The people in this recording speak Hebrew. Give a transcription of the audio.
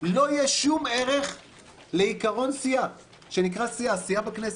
לא יהיה שום ערך לעיקרון שנקרא סיעה בכנסת,